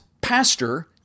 pastor